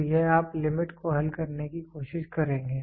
तो यह आप लिमिट को हल करने की कोशिश करेंगे